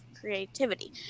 creativity